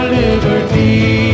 liberty